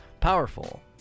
powerful